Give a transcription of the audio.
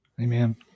Amen